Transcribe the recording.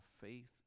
faith